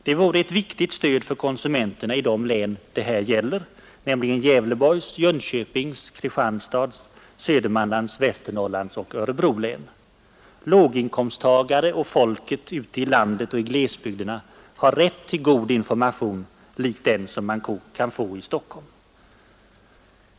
Det vore ett viktigt stöd för konsumenterna i de län det här gäller, nämligen Gävleborgs, Jönköpings, Kristianstads, Södermanlands, Västernorrlands och Örebro län. Låginkomsttagare och folket ute i landet och i glesbygderna har rätt till god information lik den man kan få i Stockholm.